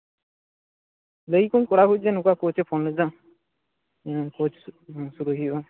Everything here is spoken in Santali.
ᱞᱟᱹᱭᱟᱠᱚᱣᱟᱹᱧ ᱠᱚᱲᱟ ᱠᱚ ᱡᱮ ᱱᱚᱝᱠᱟ ᱠᱳᱪᱮ ᱯᱷᱳᱱ ᱞᱮᱫᱟ ᱦᱩᱸ ᱠᱳᱪ ᱥᱩᱨᱩᱭ ᱦᱩᱭᱩᱜᱼᱟ